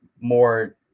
more